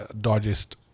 digest